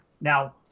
Now